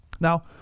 Now